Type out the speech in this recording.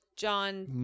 John